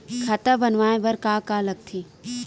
खाता बनवाय बर का का लगथे?